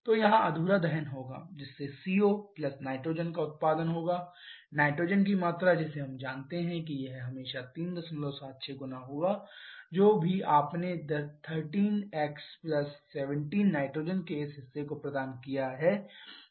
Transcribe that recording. तो यहां अधूरा दहन होगा जिससे CO प्लस नाइट्रोजन का उत्पादन होगा नाइट्रोजन की मात्रा जिसे हम जानते हैं कि यह हमेशा 376 गुना होगा जो भी आपने 13x 17 नाइट्रोजन के इस हिस्से को प्रदान किया है